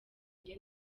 njye